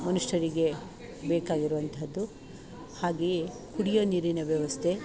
ಮನುಷ್ಯರಿಗೆ ಬೇಕಾಗಿರವಂತಹದ್ದು ಹಾಗೆಯೇ ಕುಡಿಯೋ ನೀರಿನ ವ್ಯವಸ್ಥೆ